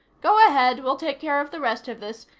go ahead. we'll take care of the rest of this.